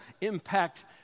impact